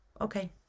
Okay